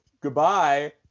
goodbye